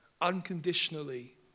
unconditionally